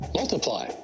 Multiply